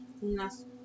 unas